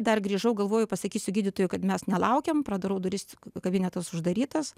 dar grįžau galvoju pasakysiu gydytojui kad mes nelaukiam pradarau duris kabinetas uždarytas